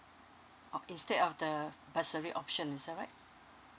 oh instead of the bursary options is that right